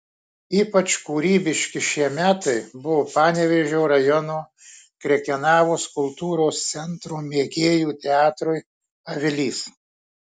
ypač kūrybiški šie metai buvo panevėžio rajono krekenavos kultūros centro mėgėjų teatrui avilys